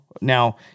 Now